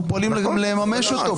אנחנו פועלים לממש אותו.